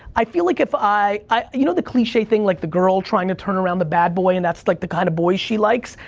i feel like if i, you know the cliche thing, like the girl trying to turn around the bad boy, and that's like the kind of boy she likes?